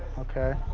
okay.